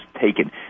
taken